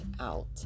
out